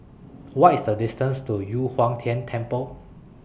What IS The distance to Yu Huang Tian Temple